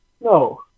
No